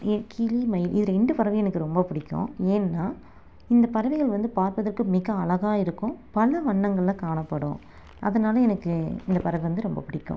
ஏ கிளி மயில் இது ரெண்டு பறவையும் எனக்கு ரொம்ப பிடிக்கும் ஏன்னால் இந்த பறவைகள் வந்து பார்ப்பதற்கு மிக அழகாக இருக்கும் பல வண்ணங்களில் காணப்படும் அதனால எனக்கு இந்த பறவை வந்து ரொம்ப பிடிக்கும்